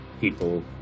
people